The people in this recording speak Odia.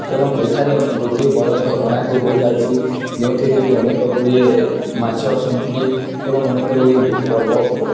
ଏବଂ ଏଠାରେ ଅନେ ଗୋଟିଏ ବଡ଼ ଝରଣାଟେ ବହିଯାଉଛି ଯେଉଁଥିରେକି ଅନେକଗୁଡ଼ିଏ ମାଛ ଅଛନ୍ତି ଏବଂ ଅନେକଗୁଡ଼ିଏ ପର୍ବତ୍